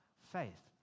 Faith